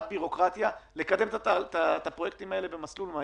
בירוקרטיה ולקדם את הפרויקטים האלה במסלול מהיר.